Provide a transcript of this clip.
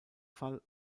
fall